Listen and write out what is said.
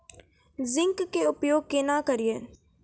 Zinc के उपयोग केना करये?